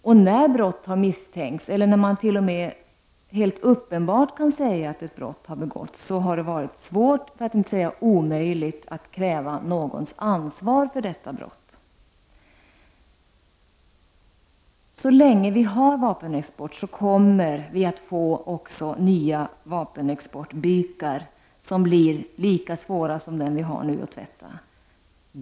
När ett brott misstänks eller t.o.m. när man helt uppenbart kan säga att ett brott har begåtts har det varit svårt, för att inte säga omöjligt, att kräva någons ansvar för detta. Så länge vi har vapenexport kommer vi också att få nya vapenexportbykar, som blir lika svåra att tvätta som den vi har nu.